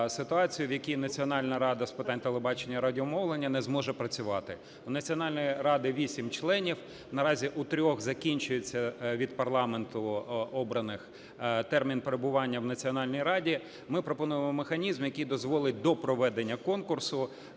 в якій Національна рада з питань телебачення і радіомовлення не зможе працювати. В Національній раді вісім членів, наразі у трьох закінчується, від парламенту обраних, термін перебування в Національній раді. Ми пропонуємо механізм, який дозволить до проведення конкурсу